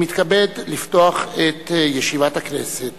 אני מתכבד לפתוח את ישיבת הכנסת.